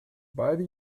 beide